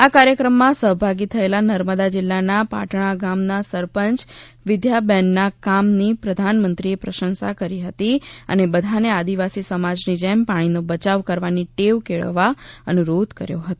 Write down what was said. આ કાર્યક્રમમાં સહભાગી થયેલા નર્મદા જિલ્લાના પાટણા ગામના સરપંચ વિદ્યા બેનના કામની પ્રધાનમંત્રીએ પ્રશંસા કરી હતી અને બધાને આદિવાસી સમાજની જેમ પાણીનો બચાવ કરવાની ટેવ કેળવવા અનુરોધ કર્યો હતો